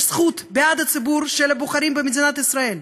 זכות בעד הציבור של הבוחרים במדינת ישראל.